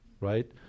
right